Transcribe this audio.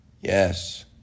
Yes